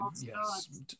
yes